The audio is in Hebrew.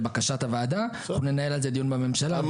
לבקשת הוועדה, אנחנו ננהל על זה דיון בממשלה.